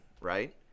right